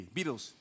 Beatles